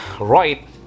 right